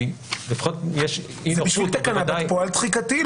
לפחות יש אי-נוחות בוודאי --- זה בשביל תקנת בעלת פועל תחיקתי,